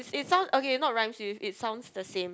it sounds okay not rhymes with it sounds the same